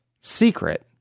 secret